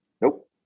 Nope